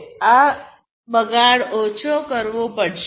અને આ બગાડ ઓછો કરવો પડશે